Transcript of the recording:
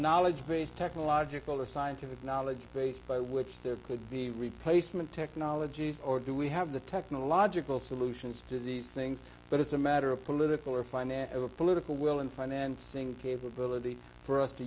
knowledge base technological or scientific knowledge base by which there could be replacements technologies or do we have the technological solutions to these things but it's a matter of political or financial or political will in financing capability for us to